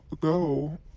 go